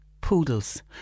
poodles